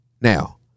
Now